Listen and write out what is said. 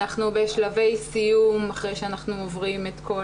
אנחנו בשלבי סיום אחרי שאנחנו עוברים את כל